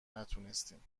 نتونستیم